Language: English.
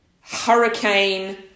hurricane